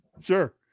Sure